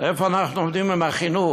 איפה אנחנו עומדים עם החינוך?